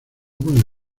puedo